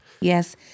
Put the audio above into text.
Yes